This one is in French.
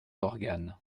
d’organes